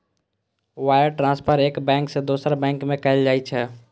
wire transfer एक bank सं दोसर बैंक में कैल जाइ छै